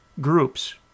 groups